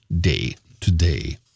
day-to-day